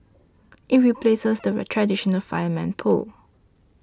it replaces the traditional fireman's pole